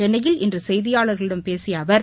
சென்னையில் இன்று செய்தியாளர்களிடம் பேசிய அவர்